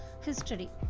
history